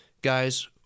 guys